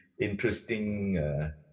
interesting